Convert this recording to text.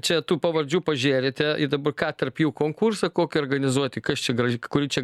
čia tų pavardžių pažėrėteir dabar ką tarp jų konkursą kokį organizuoti kas čia graži kuri čia